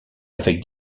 avec